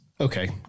Okay